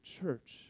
church